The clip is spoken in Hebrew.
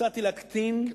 לכדי מחצית.